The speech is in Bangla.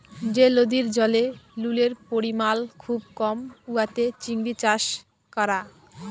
যে লদির জলে লুলের পরিমাল খুব কম উয়াতে চিংড়ি চাষ ক্যরা